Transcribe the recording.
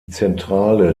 zentrale